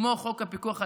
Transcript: כמו חוק הפיקוח האלקטרוני,